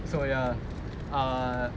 so ya uh